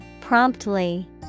Promptly